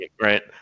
Right